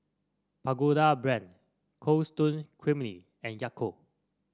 Pagoda Brand Cold Stone Creamery and Yakult